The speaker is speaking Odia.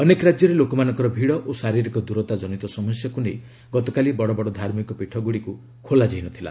ଅନେକ ରାକ୍ୟରେ ଲୋକମାନଙ୍କର ଭିଡ଼ ଓ ଶାରୀରିକ ଦୂରତା ଜନିତ ସମସ୍ୟାକୁ ନେଇ ଗତକାଲି ବଡ଼ବଡ଼ ଧାର୍ମିକପୀଠଗୁଡ଼ିକ ଖୋଲାଯାଇନଥିଲା